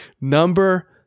Number